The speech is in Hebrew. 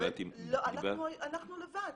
אנחנו לבד.